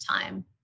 time